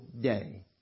day